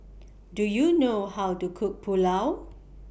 Do YOU know How to Cook Pulao